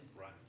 right